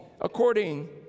according